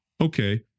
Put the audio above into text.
okay